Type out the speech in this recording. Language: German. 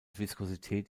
viskosität